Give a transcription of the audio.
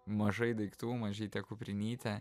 mažai daiktų mažytė kuprinytė